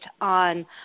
on